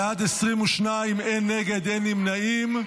בעד, 22, אין נגד, אין נמנעים.